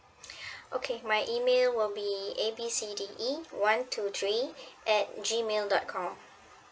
okay my email will be A_B_C_D_E one two three at G mail dot com